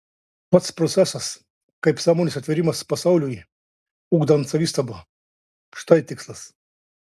pats procesas kaip sąmonės atvėrimas pasauliui ugdant savistabą štai tikslas